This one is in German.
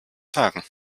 sagen